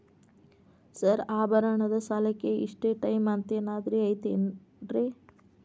Sir ಆಭರಣದ ಸಾಲಕ್ಕೆ ಇಷ್ಟೇ ಟೈಮ್ ಅಂತೆನಾದ್ರಿ ಐತೇನ್ರೇ?